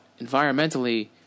environmentally